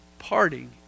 Parting